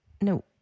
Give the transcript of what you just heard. No